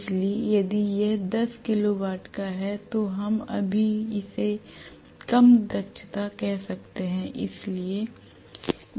इसलिए यदि यह दस किलो वाट का है तो हम अभी भी इसे कम क्षमता कह सकते हैं